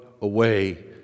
away